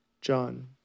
John